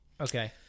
Okay